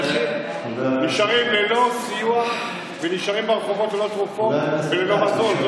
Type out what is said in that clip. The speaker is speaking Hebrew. אנשים נשארים ללא סיוע ונשארים ברחובות ללא תרופות וללא מזון.